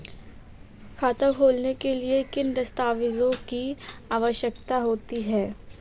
खाता खोलने के लिए किन दस्तावेजों की आवश्यकता होती है?